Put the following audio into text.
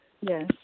Yes